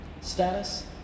Status